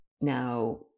now